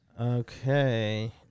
Okay